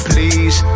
Please